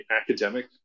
academic